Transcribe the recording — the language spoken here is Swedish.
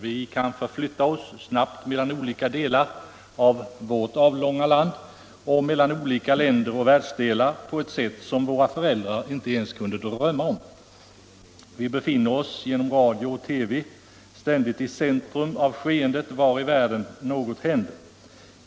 Vi kan nu förflytta oss snabbt mellan olika delar av vårt avlånga land och mellan olika länder och världsdelar på ett sätt som våra föräldrar inte ens kunde drömma om. Vi befinner oss genom radio och TV ständigt i centrum av skeendet var i världen något än händer.